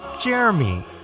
Jeremy